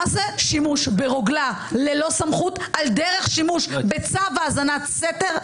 זה שימוש ברוגלה ללא סמכות על דרך שימוש בצו האזנת סתר,